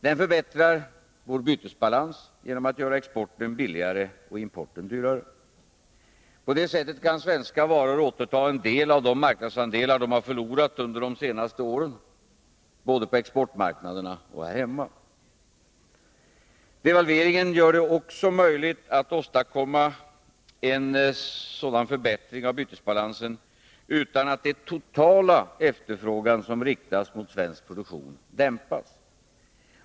Den förbättrar vår bytesbalans genom att göra exporten billigare och importen dyrare. Därigenom kan svenska varor återta en del av de marknadsandelar de har förlorat under de senaste åren, såväl på exportmarknaderna som här hemma. Devalveringen gör det också möjligt att åstadkomma en sådan förbättring av bytesbalansen utan att den totala efterfrågan som riktas mot svensk produktion dämpas.